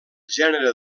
gènere